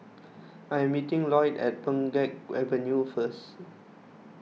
I am meeting Lloyd at Pheng Geck Avenue first